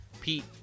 pete